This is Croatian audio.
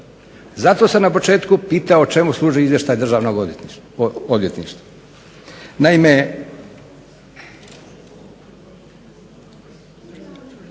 Zato sam na početku pitao čemu služi Izvještaj državnog odvjetništva? Naime,